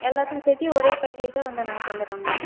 எல்லாத்துக்கும் சேர்த்தி ஒரே பேக்கேஜ்ஜாக வந்து நாங்கள் தந்துடுறோங்கண்ணா